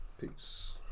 Peace